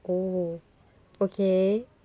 oh okay